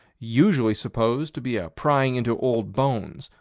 usually supposed to be a prying into old bones,